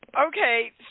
Okay